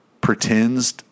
pretends